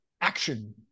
action